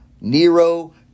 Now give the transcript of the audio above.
Nero